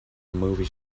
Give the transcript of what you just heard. movie